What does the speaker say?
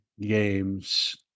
games